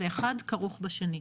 זה אחד כרוך בשני.